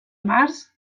març